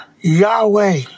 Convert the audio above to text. Yahweh